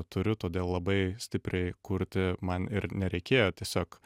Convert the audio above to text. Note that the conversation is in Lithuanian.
turiu todėl labai stipriai kurti man ir nereikėjo tiesiog